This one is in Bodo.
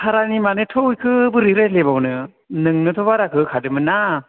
भारानि मानिथ' बेखौ बोरै रायलायबावनो नोंनोथ' भारा होखादोंमोनना